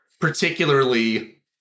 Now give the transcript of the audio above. particularly